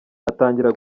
atangira